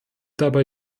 dabei